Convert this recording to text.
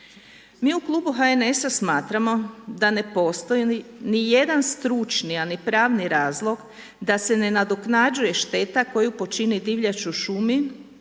Mi u klubu HNS-a smatramo da ne postoji ni jedan stručni a ni pravni razlog da se ne nadoknađuje šteta koju počini divljač u šumi,